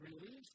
release